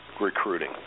recruiting